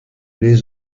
les